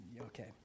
Okay